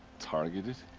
targeted?